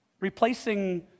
replacing